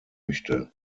möchte